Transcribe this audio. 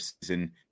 season